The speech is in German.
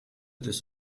des